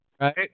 Right